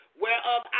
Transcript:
Whereof